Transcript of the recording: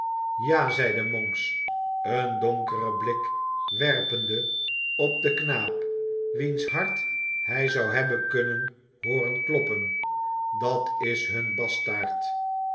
ja zeide monks een donkeren blik werpende op den knaap wiens hart hij zou hebben kunnen hooren kloppen dat is hun bastaard